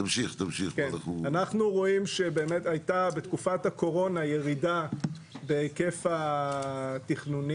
אנחנו רואים שבאמת הייתה בתקופת הקורונה ירידה בהיקף התכנונים,